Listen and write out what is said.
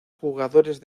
jugadores